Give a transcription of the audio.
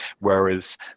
whereas